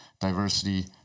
diversity